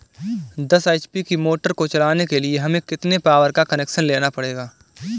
दस एच.पी की मोटर को चलाने के लिए हमें कितने पावर का कनेक्शन लेना पड़ेगा?